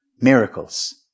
Miracles